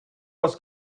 was